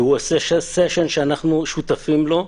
והוא עושה סשן שאנחנו שותפים לו,